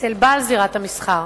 אצל בעל זירת המסחר.